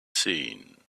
seen